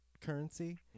currency